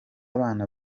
abana